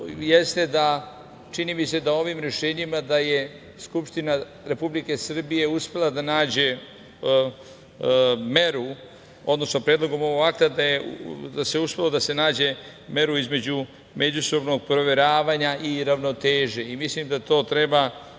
jeste – čini mi se da je ovim rešenjima Skupština Republike Srbije uspela da nađe meru, odnosno predlogom ovog akta je uspela da se nađe mera između međusobnog proveravanja i ravnoteže. Mislim da to treba